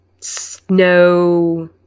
Snow